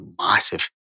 massive